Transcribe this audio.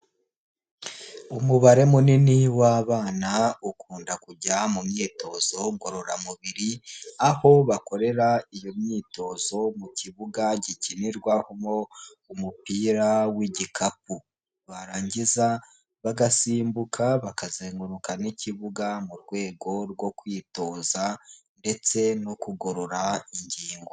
Umubare munini w'abana ukunda kujya mu myitozo ngororamubiri, aho bakorera iyo myitozo mu kibuga gikinirwamo umupira w'igikapu. Barangiza bagasimbuka, bakazenguruka n'ikibuga mu rwego rwo kwitoza ndetse no kugorora ingingo.